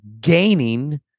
gaining